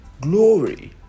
Glory